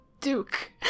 Duke